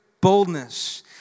Boldness